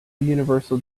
universal